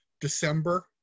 December